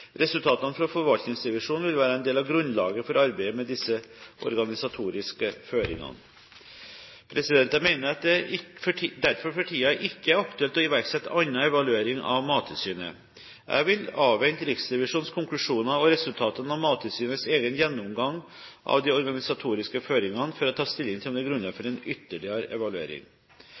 Resultatene fra forvaltningsrevisjonen vil være en del av grunnlaget for arbeidet med disse organisatoriske føringene. Jeg mener det derfor for tiden ikke er aktuelt å iverksette annen evaluering av Mattilsynet. Jeg vil avvente Riksrevisjonens konklusjoner og resultatene av Mattilsynets egen gjennomgang av de organisatoriske føringene før jeg tar stilling til om det er grunnlag for en ytterligere evaluering.